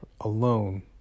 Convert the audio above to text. alone